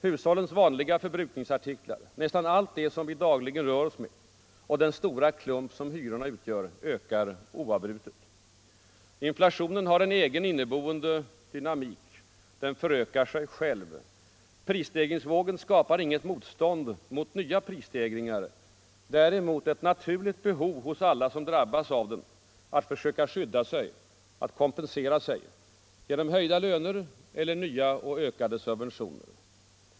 Hushållens vanliga förbrukningsartiklar, nästan allt det som vi dagligen rör oss med, och den stora klump som hyrorna utgör ökar oavbrutet. Inflationen har en egen inneboende dynamik. Den förökar sig själv. Prisstegringsvågen skapar inget motstånd mot nya prisstegringar. Däremot skapar den ett naturligt behov hos alla som drabbas därav att försöka skydda sig, att kompensera sig, genom höjda löner eller nya och ökade subventioner.